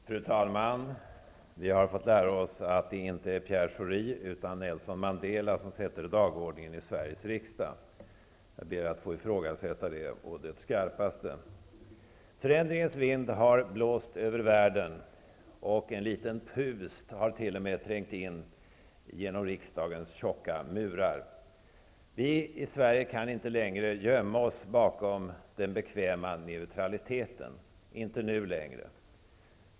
Fru talman! Vi har fått lära oss att det inte är Pierre Schori utan Nelson Mandela som bestämmer dagordningen i Sverige riksdag. Jag ber att få ifrågasätta det å det skarpaste. Förändringens vind har blåst över världen, och en liten pust har t.o.m. trängt in genom riksdagens tjocka murar. Vi i Sverige kan inte längre gömma oss bakom den bekväma neutraliteten -- inte nu längre.